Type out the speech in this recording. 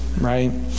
right